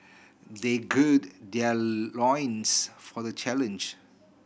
they gird their loins for the challenge